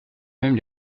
même